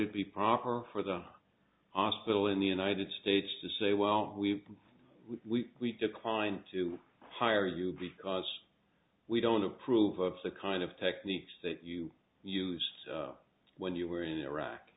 it be proper for the hospital in the united states to say well we we we decline to hire you because we don't approve of the kind of techniques that you use when you were in iraq